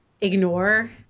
ignore